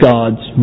God's